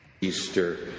Easter